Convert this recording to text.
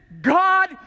God